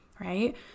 right